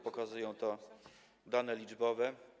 Pokazują to dane liczbowe.